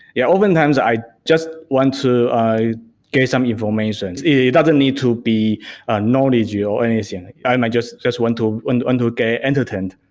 yeah often times, i just want to get some information. it doesn't need to be a knowledge or anything. i i just just want to and and get entertained.